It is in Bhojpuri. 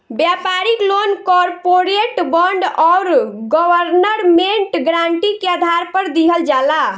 व्यापारिक लोन कॉरपोरेट बॉन्ड आउर गवर्नमेंट गारंटी के आधार पर दिहल जाला